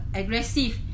aggressive